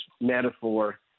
metaphor